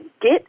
Get